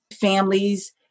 families